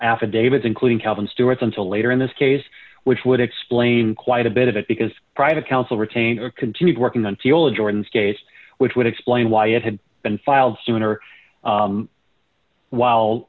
affidavits including calvin stewart's until later in this case which would explain quite a bit of it because private counsel retainer continued working on the old jordan's case which would explain why it had been filed sooner while